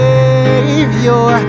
Savior